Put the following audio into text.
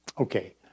Okay